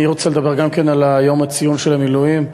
אני רוצה לדבר גם כן על היום לציון אנשי המילואים,